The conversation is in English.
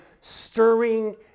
stirring